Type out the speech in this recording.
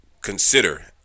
consider